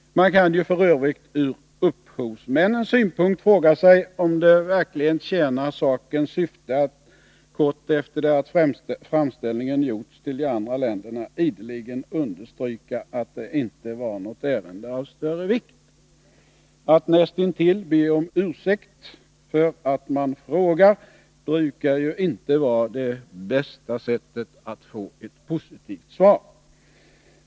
Man kan f. ö. ur upphovsmännens synpunkt fråga sig om det verkligen tjänar sakens syfte att kort efter det att framställningen gjorts till de andra länderna ideligen understryka att det inte var något ärende av större vikt. Att näst intill be om ursäkt för att man frågar brukar ju inte vara det bästa sättet att få ett positivt svar.